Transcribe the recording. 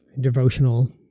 devotional